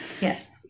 Yes